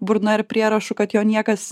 burna ir prierašu kad jo niekas